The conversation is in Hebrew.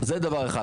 זה דבר אחד.